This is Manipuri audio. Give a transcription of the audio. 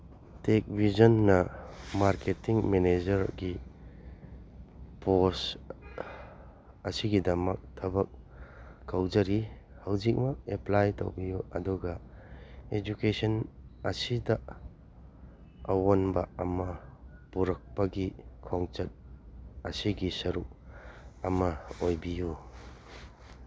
ꯇꯦꯛ ꯔꯤꯖꯟꯅ ꯃꯥꯔꯀꯦꯇꯤꯡ ꯃꯦꯅꯦꯖꯔꯒꯤ ꯄꯣꯁ ꯑꯁꯤꯒꯤꯗꯃꯛ ꯊꯕꯛ ꯀꯧꯖꯔꯤ ꯍꯧꯖꯤꯛꯃꯛ ꯑꯦꯄ꯭ꯂꯥꯏ ꯇꯧꯕꯤꯌꯨ ꯑꯗꯨꯒ ꯑꯦꯖꯨꯀꯦꯁꯟ ꯑꯁꯤꯗ ꯑꯋꯣꯟꯕ ꯑꯃ ꯄꯨꯔꯛꯄꯒꯤ ꯈꯣꯡꯆꯠ ꯑꯁꯤꯒꯤ ꯁꯔꯨꯛ ꯑꯃ ꯑꯣꯏꯕꯤꯌꯨ